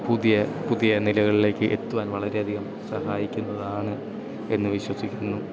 പുതിയ പുതിയ നിലകളിലേക്ക് എത്തുവാൻ വളരെയധികം സഹായിക്കുന്നതാണ് എന്നു വിശ്വസിക്കുന്നു